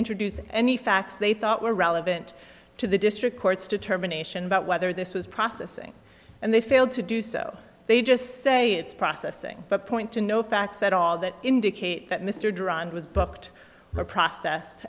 introduce any facts they thought were relevant to the district court's determination about whether this was processing and they failed to do so they just say it's processing but point to no facts at all that indicate that mr duran was booked or processed